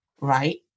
right